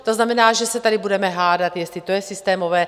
To znamená, že se tady budeme hádat, jestli to je systémové.